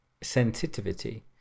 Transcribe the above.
sensitivity